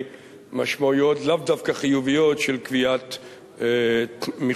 משמעויות לאו דווקא חיוביות של קביעת מכסות.